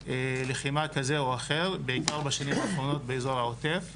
לחימה כזה או אחר בעיקר בשנים האחרונות באזור העוטף,